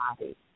body